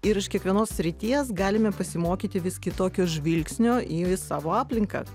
ir iš kiekvienos srities galime pasimokyti vis kitokio žvilgsnio į savo aplinką